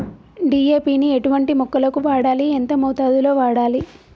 DAP ని ఎటువంటి మొక్కలకు వాడాలి? ఎంత మోతాదులో వాడాలి?